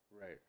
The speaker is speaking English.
Right